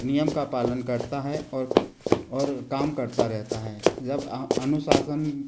नियम का पालन करता है और और काम करता रहता है जब अनुशासन